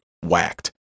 whacked